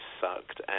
sucked